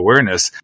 awareness